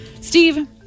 Steve